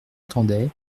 attendait